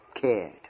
cared